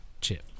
Chip